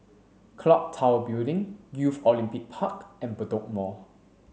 Clock Tower Building Youth Olympic Park and Bedok Mall